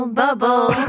bubble